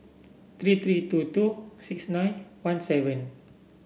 three three two two six nine one seven